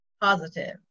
Positive